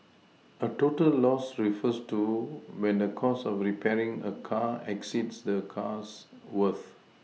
a total loss refers to when the cost of repairing a car exceeds the car's worth